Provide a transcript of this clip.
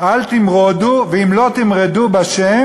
"אל תמרדו" ואם לא תמרדו בה',